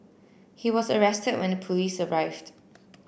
he was arrested when the police arrived